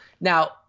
now